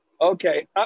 Okay